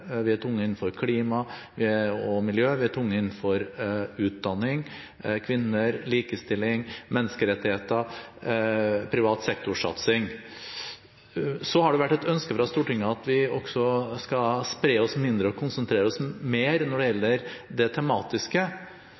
vi er tunge innenfor klima og miljø, vi er tunge innenfor utdanning, kvinner, likestilling, menneskerettigheter og privat sektor-satsing. Det har vært et ønske fra Stortinget at vi skal spre oss mindre og konsentrere oss mer når det gjelder det tematiske.